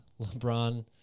LeBron